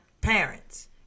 parents